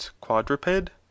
quadruped